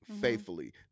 faithfully